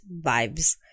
vibes